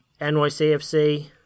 NYCFC